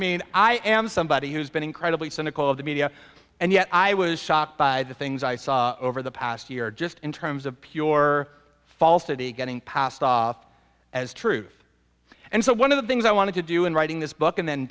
mean i am somebody who's been incredibly cynical of the media and yet i was shocked by the things i saw over the past year just in terms of pure falsity getting passed off as truth and so one of the things i wanted to do in writing this book and then